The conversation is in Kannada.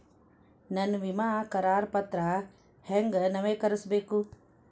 ನನ್ನ ವಿಮಾ ಕರಾರ ಪತ್ರಾ ಹೆಂಗ್ ನವೇಕರಿಸಬೇಕು?